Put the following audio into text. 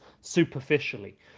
superficially